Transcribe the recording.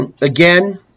again